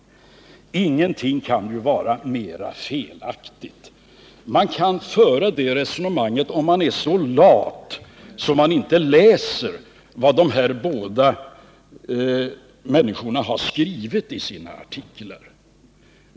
Ingenting kan ju vara mera felaktigt. Man kan föra det resonemanget om man är så lat att man inte läser vad dessa två har skrivit i sina artiklar.